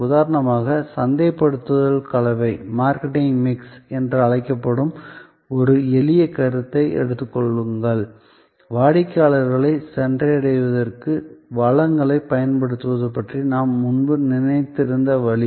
உதாரணமாக சந்தைப்படுத்தல் கலவை என்று அழைக்கப்படும் ஒரு எளிய கருத்தை எடுத்துக் கொள்ளுங்கள் வாடிக்கையாளர்களைச் சென்றடைவதற்கு வளங்களைப் பயன்படுத்துவது பற்றி நாம் முன்பு நினைத்திருந்த வழி